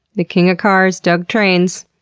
the king of cars dug trains.